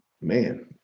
man